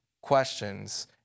questions